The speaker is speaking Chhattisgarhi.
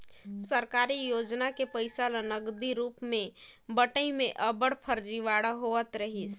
सरकारी योजना के पइसा ल नगदी रूप में बंटई में अब्बड़ फरजीवाड़ा होवत रहिस